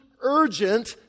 urgent